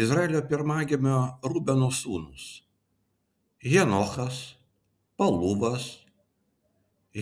izraelio pirmagimio rubeno sūnūs henochas paluvas